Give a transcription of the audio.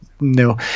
no